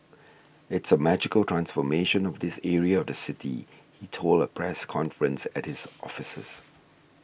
it is a magical transformation of this area of the city he told a press conference at his offices